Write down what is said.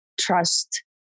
trust